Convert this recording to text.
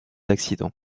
accidents